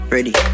Ready